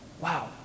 Wow